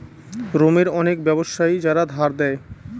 রোমের অনেক ব্যাবসায়ী যারা ধার দেয়